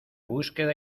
búsqueda